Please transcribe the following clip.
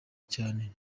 cyane